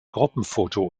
gruppenfoto